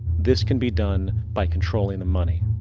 this can be done by controlling the money.